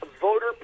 Voter